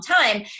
time